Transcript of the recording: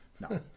no